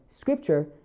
scripture